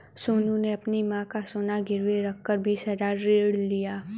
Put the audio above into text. सोनू ने अपनी मां का सोना गिरवी रखकर बीस हजार ऋण लिया